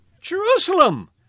Jerusalem